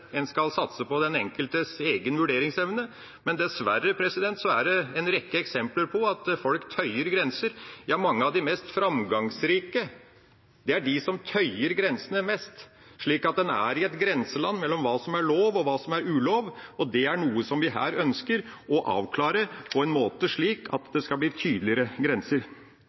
en skal satse på den enkeltes egen vurderingsevne, men dessverre er det en rekke eksempler på at folk tøyer grenser. Ja, mange av de mest framgangsrike er de som tøyer grensene mest, slik at en er i et grenseland mellom hva som er lov, og hva som er ulov. Det er noe som vi her ønsker å avklare, slik at det blir tydeligere grenser.